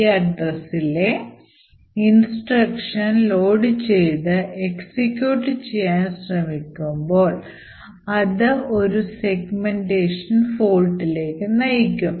ഈ address ലെ instruction ലോഡുചെയ്ത് എക്സിക്യൂട്ട് ചെയ്യാൻ ശ്രമിക്കുമ്പോൾ അത് ഒരു ഒരു segmentation fault ലേക്ക് നയിക്കും